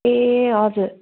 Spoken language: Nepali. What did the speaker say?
ए हजुर